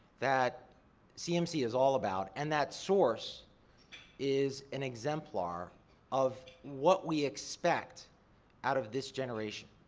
that cmc is all about. and that source is an exemplar of what we expect out of this generation.